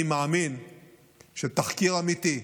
אני מאמין שתחקיר אמיתי,